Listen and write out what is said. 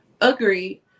Agreed